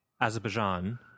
Azerbaijan